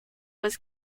was